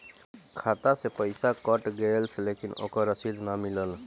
खाता से पइसा कट गेलऽ लेकिन ओकर रशिद न मिलल?